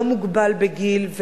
לא מוגבל בגיל,